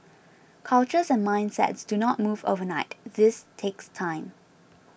cultures and mindsets do not move overnight this takes time